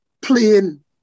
playing